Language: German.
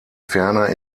ferner